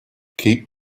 keep